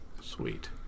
Sweet